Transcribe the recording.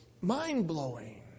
mind-blowing